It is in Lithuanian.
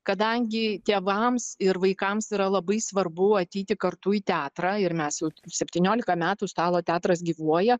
kadangi tėvams ir vaikams yra labai svarbu ateiti kartu į teatrą ir mes jau septyniolika metų stalo teatras gyvuoja